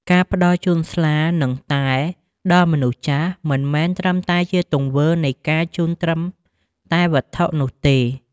ការផ្តល់ជូនស្លា និងតែ ដល់មនុស្សចាស់ មិនមែនត្រឹមតែជាទង្វើនៃការជូនត្រឹមតែវត្ថុនោះទេ។